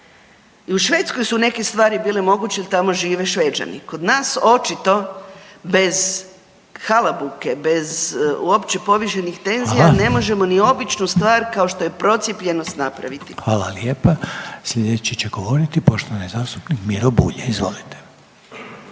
I u Švedskoj su neke stvari bile moguće jel tamo žive Šveđani. Kod nas očito bez halabuke, bez uopće povišenih tenzija …/Upadica Reiner: Hvala./… ne možemo ni običnu stvar kao što je procijepljenost napraviti. **Reiner, Željko (HDZ)** Hvala lijepa. Sljedeći će govoriti poštovani zastupnik Miro Bulj. Izvolite.